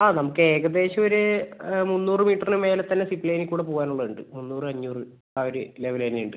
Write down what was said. ആ നമുക്ക് ഏകദേശം ഒരു മുന്നൂറ് മീറ്ററിന് മേലെത്തന്നെ തന്നെ സിപ്പ് ലൈനിൽക്കൂടെ പോവാനുള്ളത് ഉണ്ട് മൂന്നൂറ് അഞ്ഞൂറ് ആ ഒരു ലെവൽ തന്നെയുണ്ട്